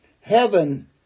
Heaven